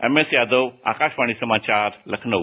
MS Yadav Akashvani समाचार लखनऊ